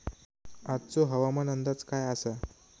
आजचो हवामान अंदाज काय आसा?